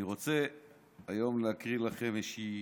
היום אני רוצה להקריא לכם איזושהי